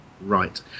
right